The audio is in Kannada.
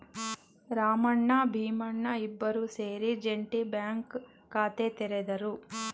ರಾಮಣ್ಣ ಭೀಮಣ್ಣ ಇಬ್ಬರೂ ಸೇರಿ ಜೆಂಟಿ ಬ್ಯಾಂಕ್ ಖಾತೆ ತೆರೆದರು